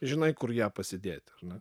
žinai kur ją pasidėti ar ne